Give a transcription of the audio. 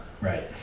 Right